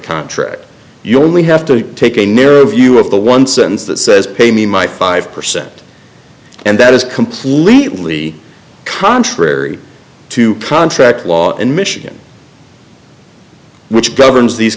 contract you only have to take a narrow view of the one sentence that says pay me my five percent and that is completely contrary to contract law in michigan which governs these